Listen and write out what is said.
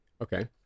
Okay